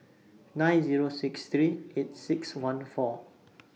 nine Zero six three eight six one four